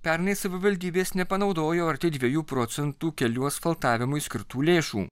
pernai savivaldybės nepanaudojo arti dviejų procentų kelių asfaltavimui skirtų lėšų